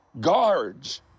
guards